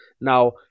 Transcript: Now